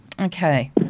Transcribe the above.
Okay